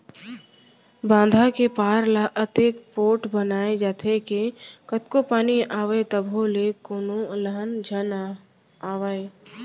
बांधा के पार ल अतेक पोठ बनाए जाथे के कतको पानी आवय तभो ले कोनो अलहन झन आवय